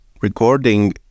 recording